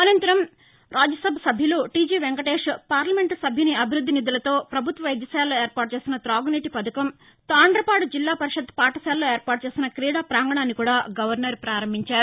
అనంతరం రాజ్యసభ సభ్యులు T G Venkatesh parliament సభ్యుని అభివృద్ది నిధులతో పభుత్వ వైద్య శాలలో ఏర్పాటు చేసిన తాగునీటి పధకం తాండ్రపాడు జిల్లా పరిషత్ పాఠశాలలో ఏర్పాటు చేసిన క్రీడా పాంగణాన్ని కూడా గవర్నర్ పారంభించారు